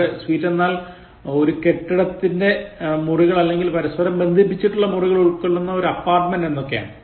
ഇവിടെ സ്വീറ്റ് എന്നാൽ ഒരു കെട്ടിടത്തിലെ മുറികൾ അല്ലെങ്കിൽ പരസ്പരം ബന്ധിപ്പിച്ചിട്ടുള്ള മുറികൾ ഉൾക്കൊള്ളുന്ന ഒരു അപാർട്ട്മെന്റ് എന്നൊക്കെയാണ്